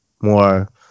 more